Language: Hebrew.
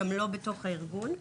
גם לא בתוך הארגון,